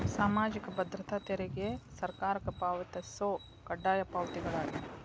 ಸಾಮಾಜಿಕ ಭದ್ರತಾ ತೆರಿಗೆ ಸರ್ಕಾರಕ್ಕ ಪಾವತಿಸೊ ಕಡ್ಡಾಯ ಪಾವತಿಗಳಾಗ್ಯಾವ